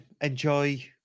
enjoy